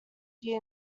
year